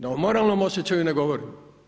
Da o moralnom osjećaju da ne govorim.